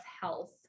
health